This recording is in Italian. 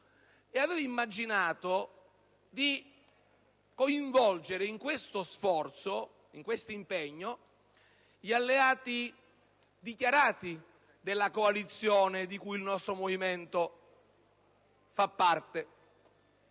avevo immaginato di coinvolgere in questo impegno gli alleati dichiarati della coalizione di cui il nostro Movimento fa parte.